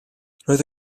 roedd